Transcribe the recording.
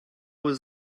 was